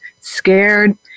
scared